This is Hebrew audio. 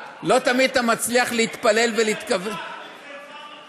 מצליח להתפלל ולהתכוון, מה אתה אומר על זה?